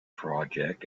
project